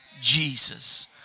Jesus